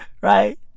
Right